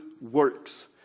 works